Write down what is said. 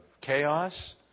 chaos